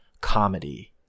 comedy